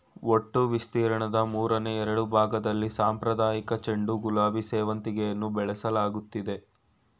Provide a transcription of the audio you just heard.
ಒಟ್ಟು ವಿಸ್ತೀರ್ಣದ ಮೂರನೆ ಎರಡ್ಭಾಗ್ದಲ್ಲಿ ಸಾಂಪ್ರದಾಯಿಕ ಚೆಂಡು ಗುಲಾಬಿ ಸೇವಂತಿಗೆಯನ್ನು ಬೆಳೆಸಲಾಗ್ತಿದೆ